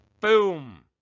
Boom